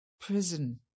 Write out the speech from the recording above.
Prison